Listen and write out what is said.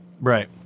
Right